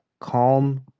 calm